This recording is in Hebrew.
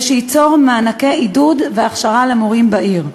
שייצור מענקי עידוד והכשרה למורים בעיר.